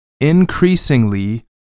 increasingly